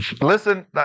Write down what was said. Listen